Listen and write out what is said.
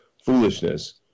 foolishness